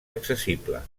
accessible